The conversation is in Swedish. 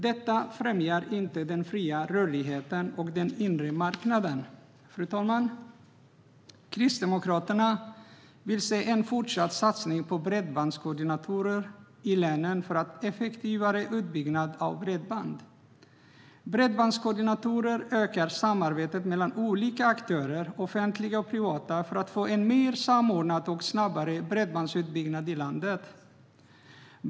Detta främjar inte den fria rörligheten och den inre marknaden. Fru talman! Kristdemokraterna vill se en fortsatt satsning på bredbandskoordinatorer i länen för en effektivare utbyggnad av bredband. Bredbandskoordinatorer ökar samarbetet mellan olika aktörer, offentliga och privata, för att få en mer samordnad och snabbare bredbandsutbyggnad i landet.